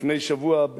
לפני שבוע,